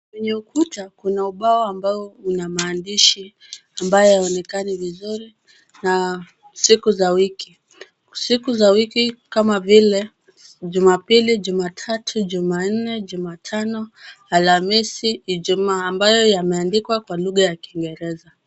Kwenye ukuta kuna ubao ambao una maandishi ambayo hayaonekani vizuri, na siku za wiki. Siku za wiki kama vile jumapili, jumatatu, jumanne, jumatano, alhamisi, ijumaa, ambayo yameandikwa kwa lugha ya kingereza.